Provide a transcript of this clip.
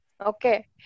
okay